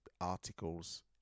articles